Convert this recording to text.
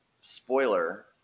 spoiler